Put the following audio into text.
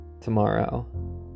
Tomorrow